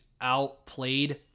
outplayed